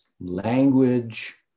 language